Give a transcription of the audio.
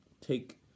take